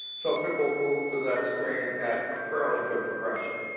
so people moved to that screen at a fairly good progression.